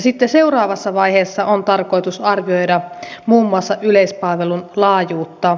sitten seuraavassa vaiheessa on tarkoitus arvioida muun muassa yleispalvelun laajuutta